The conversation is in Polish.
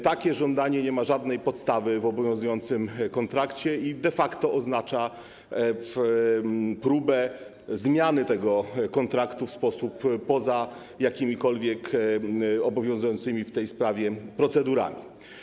Takie żądanie nie ma żadnej podstawy w obowiązującym kontrakcie i de facto oznacza próbę zmiany tego kontraktu poza jakimikolwiek obowiązującymi w tej sprawie procedurami.